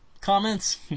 comments